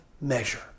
measure